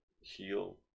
heal